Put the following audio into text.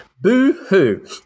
Boo-hoo